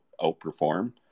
outperform